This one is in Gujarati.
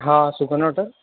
હા સુગન હોટલ